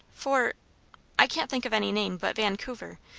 fort i can't think of any name but vancouver,